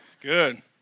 good